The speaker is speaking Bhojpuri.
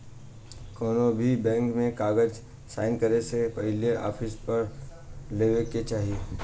कौनोभी बैंक के कागज़ साइन करे से पहले पॉलिसी पढ़ लेवे के चाही